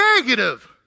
negative